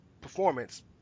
Performance